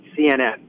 CNN